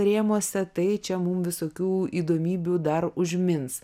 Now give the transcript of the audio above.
rėmuose tai čia mum visokių įdomybių dar užmins